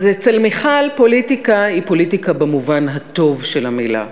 אז אצל מיכל פוליטיקה היא פוליטיקה במובן הטוב של המילה,